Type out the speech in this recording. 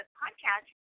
podcast